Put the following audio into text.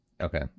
Okay